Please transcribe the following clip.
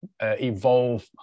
Evolve